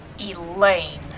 Elaine